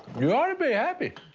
you oughta be happy.